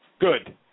good